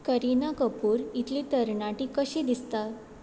करिना कपूर इतली तरणाटी कशी दिसता